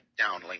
downlink